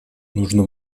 нужно